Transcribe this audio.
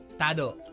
Tado